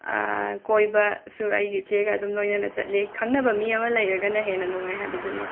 ꯀꯣꯏꯕꯁꯨ ꯑꯩꯒꯤ ꯏꯆꯦꯒ ꯑꯗꯨꯝ ꯂꯣꯏꯅꯅ ꯆꯠꯂꯤ ꯈꯪꯅꯕ ꯃꯤ ꯑꯃ ꯂꯩꯔꯒꯅ ꯍꯦꯟꯅ ꯅꯨꯡꯉꯥꯏ ꯍꯥꯏꯕꯗꯨꯅꯤ